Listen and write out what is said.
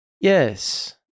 Yes